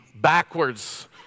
backwards